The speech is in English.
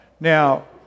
Now